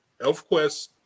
ElfQuest